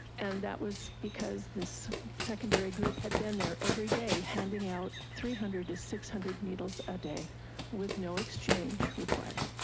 and that was because this secondary group had been there everyday handing out three hundred to six hundred needles a day with no exchange required.